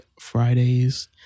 fridays